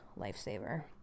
lifesaver